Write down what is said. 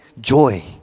joy